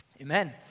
amen